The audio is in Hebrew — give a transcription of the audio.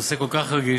זה נושא כל כך רגיש,